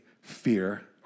fear